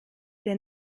der